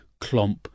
clomp